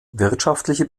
wirtschaftliche